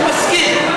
אני מסכים.